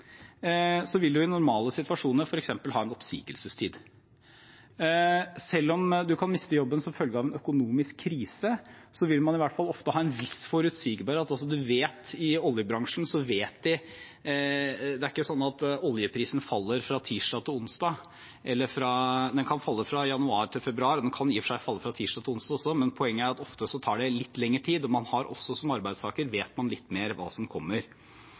som følge av en økonomisk krise, vil man – i hvert fall ofte – ha en viss forutsigbarhet. I oljebransjen er det ikke slik at oljeprisen faller fra tirsdag til onsdag. Den kan falle fra januar til februar, og den kan i og for seg falle fra tirsdag til onsdag også, men poenget er at det ofte tar litt lengre tid, og som arbeidstaker vet man litt mer hva som kommer.